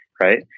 right